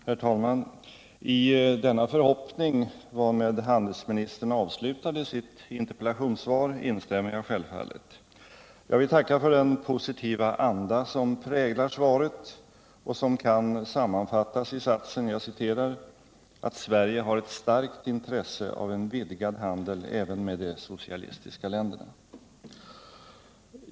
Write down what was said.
Herr talman! I den förhoppning varmed handelsministern avslutade sitt interpellationssvar instämmer jag självfallet. Jag vill tacka för den positiva anda som präglar svaret och som kan sammanfattas i satsen ”att Sverige har ett starkt intresse av en vidgad handel även med de socialistiska länderna”.